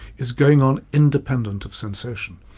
is going on independent of sensation.